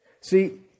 See